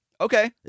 Okay